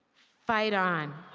fight on.